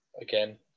again